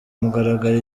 mugaragaro